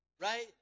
right